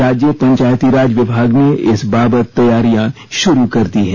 राज्य पंचायती राज विभाग ने इस बाबत तैयारियां शुरू कर दी है